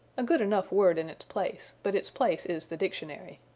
a good enough word in its place, but its place is the dictionary.